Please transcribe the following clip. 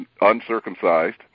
uncircumcised